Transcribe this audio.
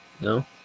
No